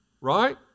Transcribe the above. right